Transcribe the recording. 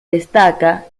destaca